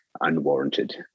unwarranted